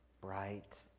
bright